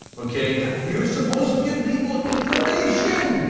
okay? you're suppose to give people information.